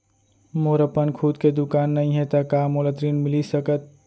मोर अपन खुद के दुकान नई हे त का मोला ऋण मिलिस सकत?